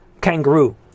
kangaroo